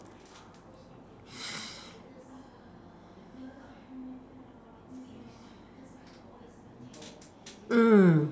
mm